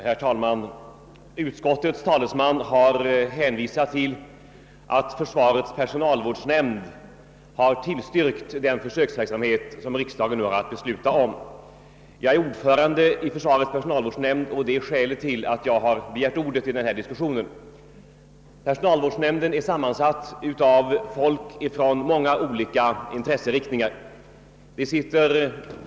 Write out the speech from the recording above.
Herr talman! Utskottets talesman har hänvisat till att försvarets personalvårdsnämnd har tillstyrkt den försöksverksamhet som riksdagen nu har att besluta om. Jag är ordförande i försvarets personalvårdsnämnd, och det är skälet till att jag har begärt ordet i den här diskussionen. Personalvårdsnämnden är sammansatt av folk från många olika intresseriktningar.